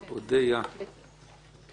אודיה, בבקשה.